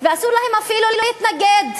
ואסור להם אפילו להתנגד.